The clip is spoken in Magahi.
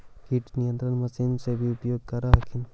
किट नियन्त्रण मशिन से भी उपयोग कर हखिन?